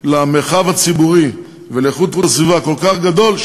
למרחב הציבורי ולאיכות הסביבה כל כך גדול,